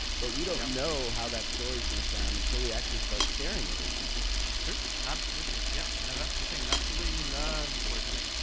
but we don't know how that story is going to sound until we actually start sharing it with people. sure, absolutely. yeah. no, that's the thing. that's the way you learn storytelling,